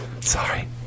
sorry